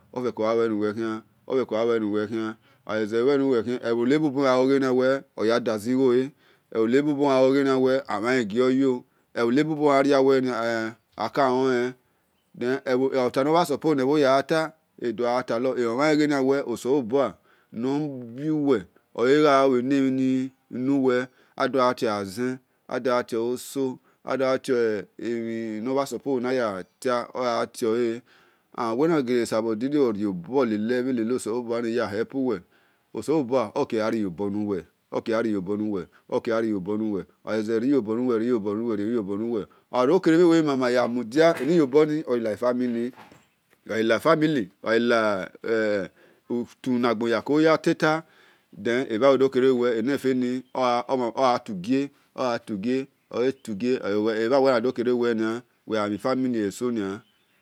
Ofeko gha luenuwe-khian ofeko ghalve-nuwel khian ogha-eze iue nuwe ebhonebubu wel ghe oya dazighole ebhonebubu wel amhahe gioyo ebhole-bubu ghariale wel ghe akalolen then ota nor mhan supose ne yagho ta edor gha tar ebho mhan le wel oselobua nor yu wel olegha lue nemhini nuwel adoghu tio- a zen adogha tio-oso adogha tie mhi nor mhain sopse nor ya ta adogha tiole and wel na gele sabor dinia rio bor lele-bhe-nosenobua niya help- uwer oselobua okie gha riyobor nuwel oghai dor kere wel bhe nuwe gele ya mudia eni yobor ni odor lar famiiy oghai la familiy aghai la otu nagbon hia koya-tota then ebha weke dokere-wel ghe enefe ni ogha tugie ogha tugie ebha-wel yanu dọ- kere wel gha ghi family esonia.